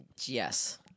Yes